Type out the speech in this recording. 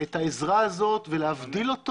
את העזרה הזאת ולהבדיל אותו.